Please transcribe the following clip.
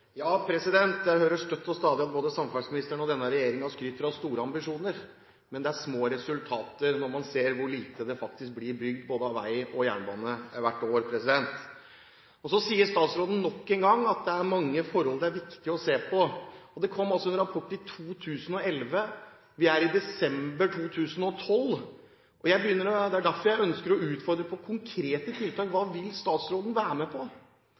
Ja, jeg hører støtt og stadig at både samferdselsministeren og denne regjeringen skryter av store ambisjoner, men det er små resultater når man ser hvor lite det faktisk blir bygd av vei og jernbane hvert år. Så sier statsråden nok en gang at det er mange forhold det er viktig å se på. Det kom en rapport i 2011 – vi er snart i desember 2012, og derfor ønsker jeg å utfordre henne på konkrete tiltak: Hva vil statsråden være med på?